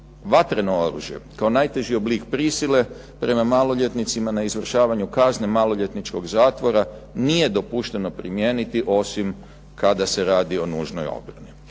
vatreno oružje kao najteži oblik prisile prema maloljetnicima na izvršavanju kazne maloljetničkog zatvora, nije dopušteno primijeniti osim kada se radi o nužnoj obrani.